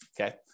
okay